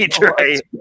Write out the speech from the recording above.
Right